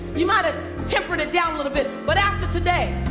you might've tempered it down a little bit. but after today,